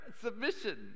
Submission